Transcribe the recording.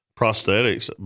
prosthetics